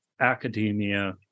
academia